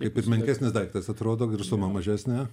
kaip ir menkesnis daiktas atrodo ir suma mažesnė